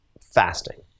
fasting